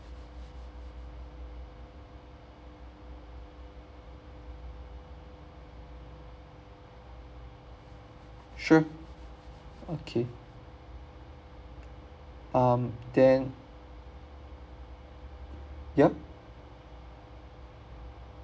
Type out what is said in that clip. sure okay um then ya